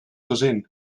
gezin